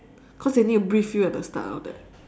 cause they need to brief you at the start and all that